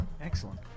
Excellent